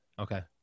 Okay